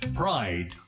pride